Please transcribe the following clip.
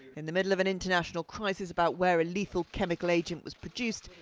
in the middle of an international crisis about where a lethal chemical agent was produced,